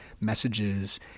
messages